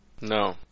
No